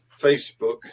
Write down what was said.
Facebook